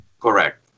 Correct